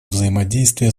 взаимодействие